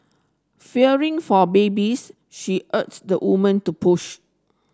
fearing for babies she urged the woman to push